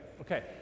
Okay